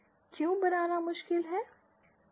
क्यों बनाना मुश्किल है